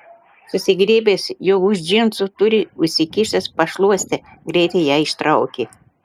susigriebęs jog už džinsų turi užsikišęs pašluostę greitai ją ištraukė